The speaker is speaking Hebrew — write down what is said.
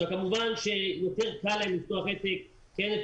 כמובן שיותר קל להם לפתוח עסק כי אין את